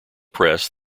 press